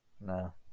No